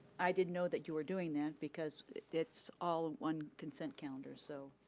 i didn't know that you were doing that because it's all one consent calendar, so,